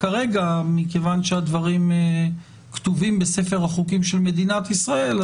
מכיוון שהדברים כתובים בספר החוקים של מדינת ישראל,